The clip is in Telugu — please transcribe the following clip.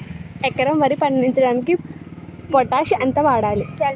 ఎకరం వరి పండించటానికి పొటాష్ ఎంత వాడాలి?